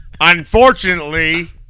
Unfortunately